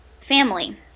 family